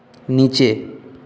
নিচে